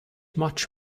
much